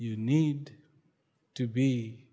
you need to be